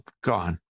gone